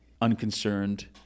unconcerned